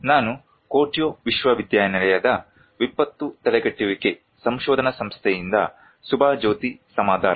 ನಾನು ಕ್ಯೋಟೋ ವಿಶ್ವವಿದ್ಯಾಲಯದ ವಿಪತ್ತು ತಡೆಗಟ್ಟುವಿಕೆ ಸಂಶೋಧನಾ ಸಂಸ್ಥೆಯಿಂದ ಸುಭಾಜ್ಯೋತಿ ಸಮದ್ದಾರ್